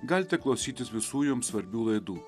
galite klausytis visų jums svarbių laidų